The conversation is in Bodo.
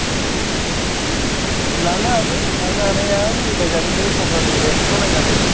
अह लांनो हागोन लांनो हानाया मिलाय जागोन बे सरखारनि रेथखौ नायनानै